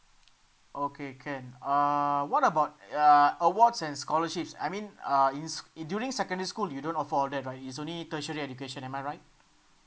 okay can uh what about uh awards and scholarships I mean uh in s~ in during secondary school you don't offer all that right is only tertiary education am I right